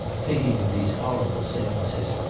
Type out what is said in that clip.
thinking of these horrible seances,